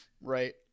Right